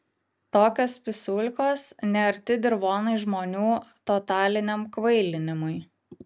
tokios pisulkos nearti dirvonai žmonių totaliniam kvailinimui